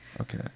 Okay